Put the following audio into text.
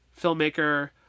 filmmaker